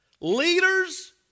leaders